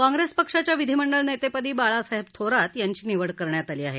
काँग्रेस पक्षाच्या विधिमंडळ नेतेपदी बाळासाहेब थोरात यांची निवड करण्यात आली आहे